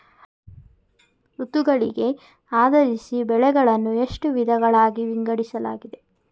ಋತುಗಳಿಗೆ ಆಧರಿಸಿ ಬೆಳೆಗಳನ್ನು ಎಷ್ಟು ವಿಧಗಳಾಗಿ ವಿಂಗಡಿಸಲಾಗಿದೆ?